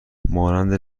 مانند